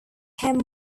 him